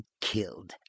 killed